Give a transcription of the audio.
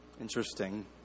Interesting